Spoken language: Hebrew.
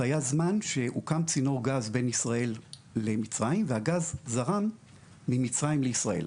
זה היה זמן שהוקם צינור גז בין ישראל למצרים והגז זרם ממצרים לישראל.